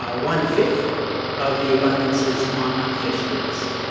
ah one fifth of the abundances on un-fished reefs.